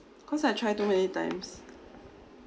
cause I try too many times